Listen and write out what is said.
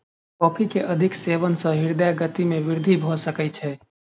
coffee के अधिक सेवन सॅ हृदय गति में वृद्धि भ सकै छै